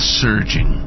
surging